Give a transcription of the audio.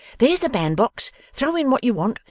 there's a bandbox throw in what you want,